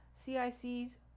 CICs